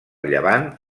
llevant